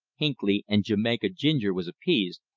hinckley and jamaica ginger was appeased,